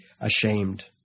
ashamed